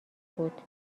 بود